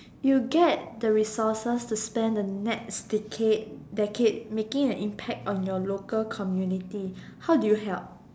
you get the resources to spend the next decade decade making an impact on your local community how do you help